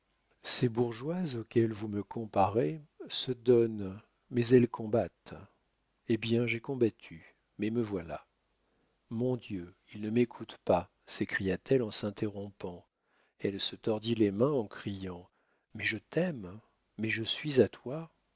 ces bourgeoises auxquelles vous me comparez se donnent mais elles combattent hé bien j'ai combattu mais me voilà mon dieu il ne m'écoute pas s'écria-t-elle en s'interrompant elle se tordit les mains en criant mais je t'aime mais je suis à toi